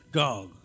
dog